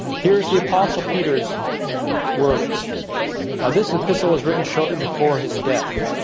here's the apostle peters words now this epistle was written shortly before his death